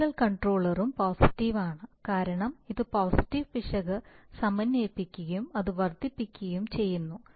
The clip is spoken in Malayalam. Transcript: ഇന്റഗ്രൽ കൺട്രോളറും പോസിറ്റീവ് ആണ് കാരണം ഇത് പോസിറ്റീവ് പിശക് സമന്വയിപ്പിക്കുകയും അത് വർദ്ധിക്കുകയും ചെയ്യുന്നു